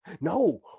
No